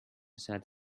sat